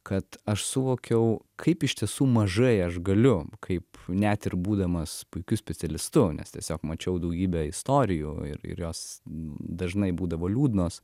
kad aš suvokiau kaip iš tiesų mažai aš galiu kaip net ir būdamas puikiu specialistu nes tiesiog mačiau daugybę istorijų ir ir jos dažnai būdavo liūdnos